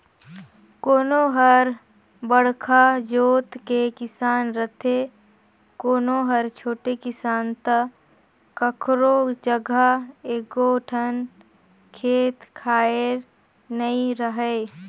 कोनो हर बड़का जोत के किसान रथे, कोनो हर छोटे किसान त कखरो जघा एको ठन खेत खार नइ रहय